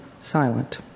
silent